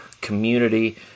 community